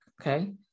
okay